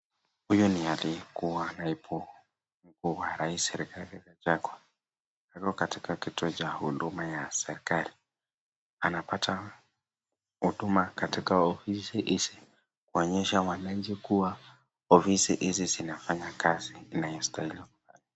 Huyu ni aliyekuwa naibu wa rais Rigathi Gachagua. Yuko katika kituo cha huduma ya serikali. Anapata huduma katika ofisi hizi. Kuonyesha wananchi kuwa ofisi hizi zinafanya kazi inayostahili.